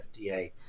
FDA